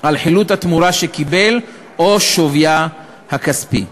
על חילוט התמורה שקיבל או שווייה הכספי.